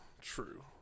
true